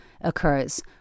occurs